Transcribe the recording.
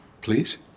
Please